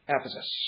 Ephesus